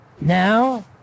now